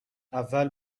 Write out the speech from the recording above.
اول